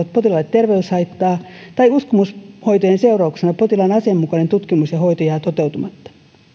potilaalle terveyshaittaa tai uskomushoitojen seurauksena potilaan asianmukainen tutkimus ja hoito jäävät toteutumatta